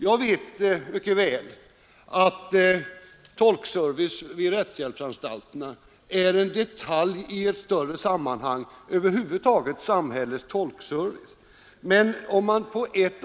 Jag vet mycket väl att tolkservicen vid rättshjälpsanstalterna är en detalj i ett större sammanhang, nämligen samhällets tolkservice över huvud taget.